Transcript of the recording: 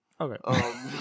Okay